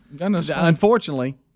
Unfortunately